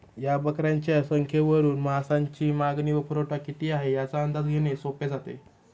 या बकऱ्यांच्या संख्येवरून मांसाची मागणी व पुरवठा किती आहे, याचा अंदाज घेणे सोपे जाते